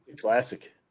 classic